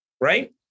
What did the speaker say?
Right